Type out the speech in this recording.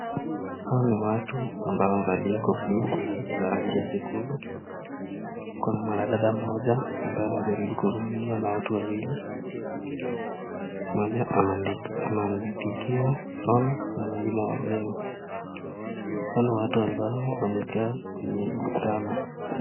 Hawa ni watu ambao wamevalia kofia ya rangi ya jekundu, kuna mwanadada mmoja ambaye anajaribu kuzungumza na watu wawili ,mmoja ameandikiwa Sum na mwingine Waweo. Hawa ni watu ambao wamekaa kwenye muktano.